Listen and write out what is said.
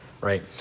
right